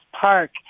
park